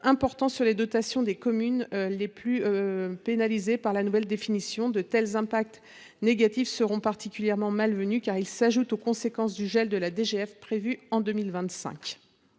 importants sur les dotations des communes les plus pénalisées par la nouvelle définition. De telles incidences négatives seront particulièrement malvenues en ce qu’elles s’ajouteront aux conséquences du gel de la DGF en 2025.